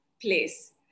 place